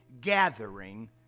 gathering